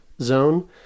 zone